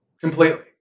Completely